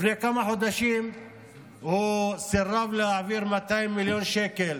לפני כמה חודשים הוא סירב להעביר 200 מיליון שקל